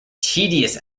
tedious